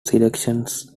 selections